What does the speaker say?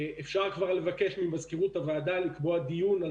אפשר כבר לבקש ממזכירות הוועדה לקבוע דיון על